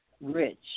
rich